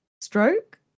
stroke